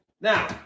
Now